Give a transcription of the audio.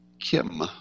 Kim